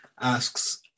asks